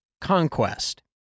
conquest